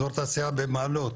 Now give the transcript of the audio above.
אזור תעשייה במעלות,